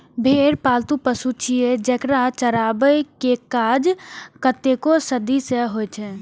भेड़ पालतु पशु छियै, जेकरा चराबै के काज कतेको सदी सं होइ छै